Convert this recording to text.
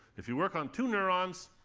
if you work on two neurons,